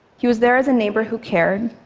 he was there as a neighbor who cared,